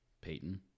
Peyton